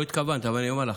לא התכוונת, אבל אני אומר לך,